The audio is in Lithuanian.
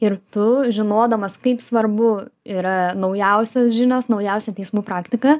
ir tu žinodamas kaip svarbu yra naujausios žinios naujausia teismų praktika